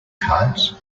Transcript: cards